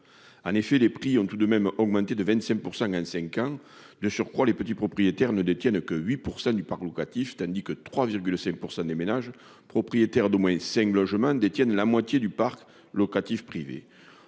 Les prix ont ainsi augmenté de 25 % en cinq ans. De surcroît, les petits propriétaires ne détiennent que 8 % du parc locatif, tandis que 3,5 % des ménages propriétaires d'au moins cinq logements détiennent la moitié du parc locatif privé.